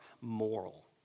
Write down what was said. Moral